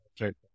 Right